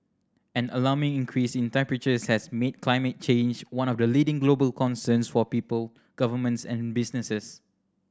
an alarming increase in temperatures has made climate change one of the leading global concerns for people governments and businesses